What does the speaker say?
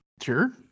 Sure